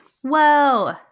Whoa